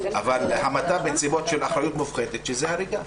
אבל המתה בנסיבות של אחריות מופחתת, זה הריגה.